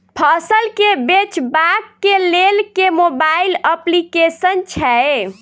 फसल केँ बेचबाक केँ लेल केँ मोबाइल अप्लिकेशन छैय?